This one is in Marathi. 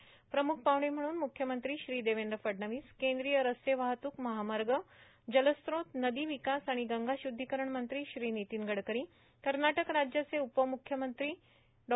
तर प्रमुख पाहुणे म्हणून मुख्यमंत्री श्री देवेंद्र फडणवीस केंद्रीय रस्ते वाहतूक महामार्ग जलस्त्रोत नदी विकास आणि गंगा शुद्धीकरण मंत्री श्री नितीन गडकरी कर्नाटक राज्याचे उपम्रख्यमंत्री डॉ